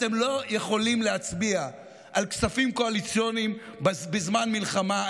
אתם לא יכולים להצביע על כספים קואליציוניים בזמן מלחמה.